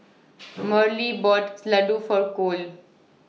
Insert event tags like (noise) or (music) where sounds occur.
(noise) Marilee bought (unintelligible) Ladoo For Cole